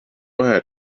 ahead